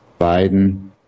Biden